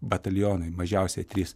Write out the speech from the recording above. batalionai mažiausiai trys